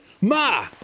MA